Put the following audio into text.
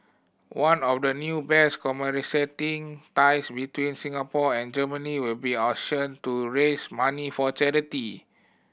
one of the new bears commemorating ties between Singapore and Germany will be auctioned to raise money for charity